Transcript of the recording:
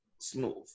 smooth